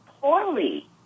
poorly